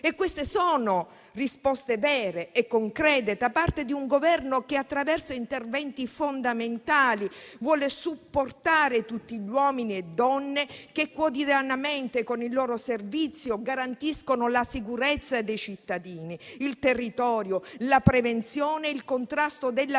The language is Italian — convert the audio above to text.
Queste sono risposte vere e concrete, da parte di un Governo che, attraverso interventi fondamentali, vuole supportare tutti gli uomini e le donne che quotidianamente, con il loro servizio, garantiscono la sicurezza dei cittadini, il territorio, la prevenzione, il contrasto della